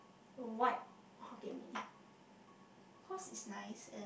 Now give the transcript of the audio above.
white Hokkien-Mee cause it's nice and